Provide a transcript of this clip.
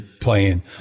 playing